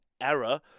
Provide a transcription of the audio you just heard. error